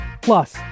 Plus